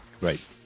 right